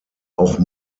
auch